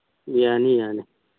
ꯌꯥꯅꯤ ꯌꯥꯅꯤ